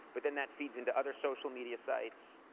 but then that feeds into other social media sites.